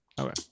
Okay